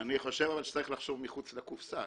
אני חושב שצריך לחשוב מחוץ לקופסה,